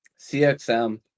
CXM